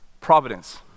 Providence